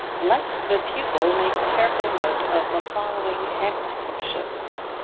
let the pupil make careful note of the following exceptions.